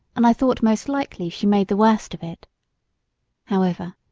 and i thought most likely she made the worst of it however,